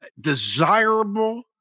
desirable